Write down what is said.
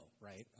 right